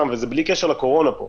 וזה בלי קשר לקורונה פה.